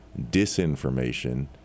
disinformation